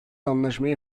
anlaşmayı